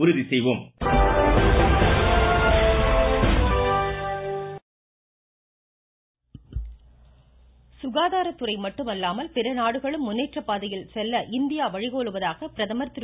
பிரதமர் பட்டமளிப்பு சுகாதார துறை மட்டுமல்லாமல் பிற நாடுகளும் முன்னேற்றப்பாதையில் செல்ல இந்தியா வழிகோலுவதாக பிரதமர் திரு